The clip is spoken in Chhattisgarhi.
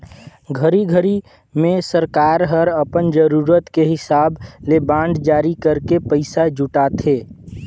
घरी घरी मे सरकार हर अपन जरूरत के हिसाब ले बांड जारी करके पइसा जुटाथे